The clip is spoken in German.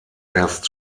erst